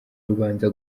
rubanza